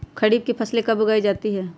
खरीफ की फसल कब उगाई जाती है?